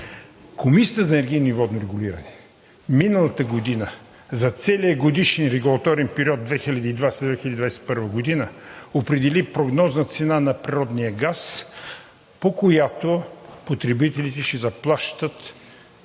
Комисията за енергийно и водно регулиране миналата година за целия годишен регулаторен период 2020 – 2021 г. определи прогнозна цена на природния газ, по която потребителите ще заплащат